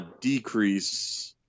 decrease